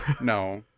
no